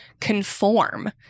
conform